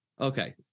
Okay